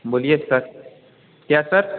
बोलिए सर क्या सर